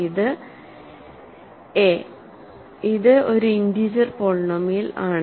ഇത് a ഇത് ഒരു ഇന്റീജർ പോളിനോമിയൽ ആണ്